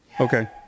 Okay